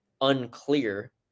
unclear